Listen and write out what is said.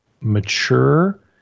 mature